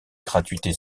gratuité